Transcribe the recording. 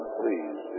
please